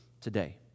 today